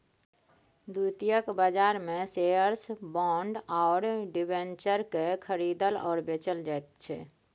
द्वितीयक बाजारमे shares bond आओर डिबेंचरकेँ खरीदल आओर बेचल जाइत छै